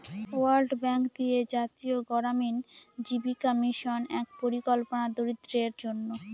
world bank দিয়ে জাতীয় গড়ামিন জীবিকা মিশন এক পরিকল্পনা দরিদ্রদের জন্য